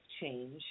change